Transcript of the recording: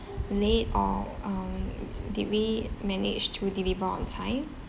late or um did we manage to deliver on time